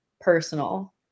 personal